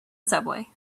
subway